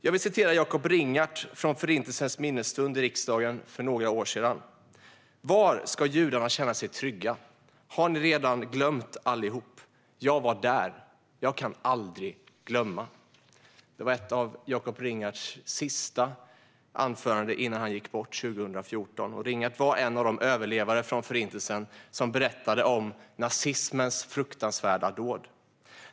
Låt mig citera Jakob Ringart, från Förintelsens minnesstund i riksdagen för några år sedan: "Var ska judarna känna sig trygga i dag? Har ni redan glömt allihop? Jag var där. Jag kan aldrig glömma." Detta var ett av hans sista framträdanden innan han gick bort 2014. Ringart var en av de överlevande från Förintelsen som berättade om nazismens fruktansvärda dåd.